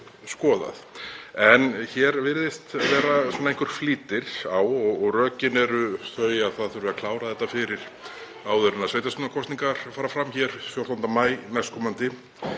skoðað, en hér virðist vera einhver flýtir á og rökin eru þau að það þurfi að klára þetta áður en sveitarstjórnarkosningar fara fram 14. maí næstkomandi.